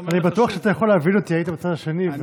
אני בטוח שאתה יכול להבין לו היית בצד השני.